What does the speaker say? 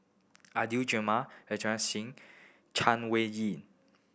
Adan Jimenez Inderjit Singh and Chay Weng Yew